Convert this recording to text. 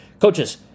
coaches